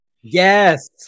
Yes